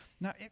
Now